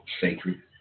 sacred